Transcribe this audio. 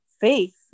faith